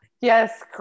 Yes